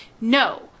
no